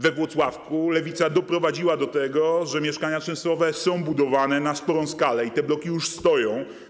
We Włocławku Lewica doprowadziła do tego, że mieszkania czynszowe są budowane na sporą skalę i bloki już stoją.